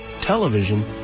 television